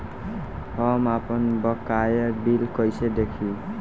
हम आपनबकाया बिल कइसे देखि?